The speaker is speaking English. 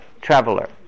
traveler